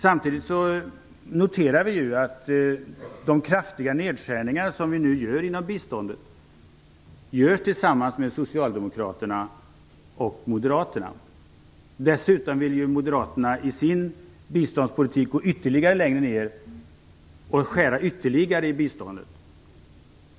Samtidigt noterar vi att de kraftiga nedskärningar som nu görs inom biståndet görs av Socialdemokraterna och Moderaterna tillsammans. Dessutom vill Moderaterna i sin biståndspolitik gå ännu längre och skära ytterligare i biståndet.